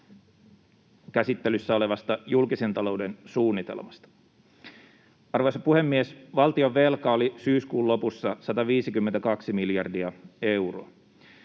käsittelyssä olevasta julkisen talouden suunnitelmasta. Arvoisa puhemies! Valtionvelka oli syyskuun lopussa 152 miljardia euroa.